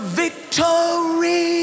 victory